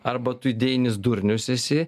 arba tu idėjinis durnius esi